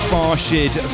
Farshid